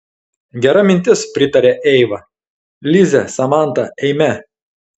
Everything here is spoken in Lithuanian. gera mintis pritarė eiva lize samanta eime